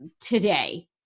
today